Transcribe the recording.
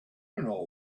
know